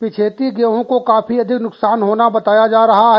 पिछेती गेहूं को काफी अधिक नुकसान होना बताया जा रहा है